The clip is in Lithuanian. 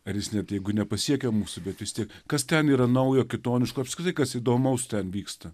ar jis net jeigu nepasiekia mūsų bet vis tiek kas ten yra naujo kitoniško apskritai kas įdomaus ten vyksta